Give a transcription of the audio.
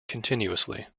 continuously